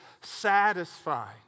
satisfied